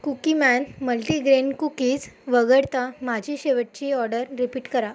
Cookieman multigrain cookies वगळता माझी शेवटची ऑर्डर रिपीट करा